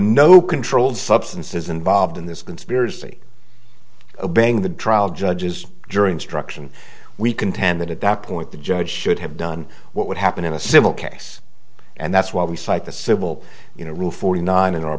no controlled substances involved in this conspiracy obeying the trial judge's during struction we contend that at that point the judge should have done what would happen in a civil case and that's why we cite the civil you know rule forty nine in our